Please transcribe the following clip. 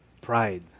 pride